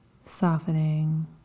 softening